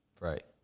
right